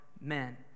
men